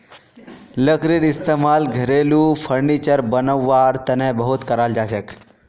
लकड़ीर इस्तेमाल घरेलू फर्नीचर बनव्वार तने बहुत कराल जाछेक